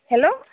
hello